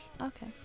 okay